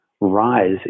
rise